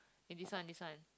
eh this one this one